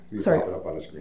Sorry